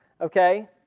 okay